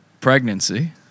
pregnancy